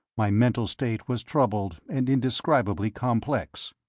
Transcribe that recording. my mental state was troubled and indescribably complex.